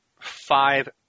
five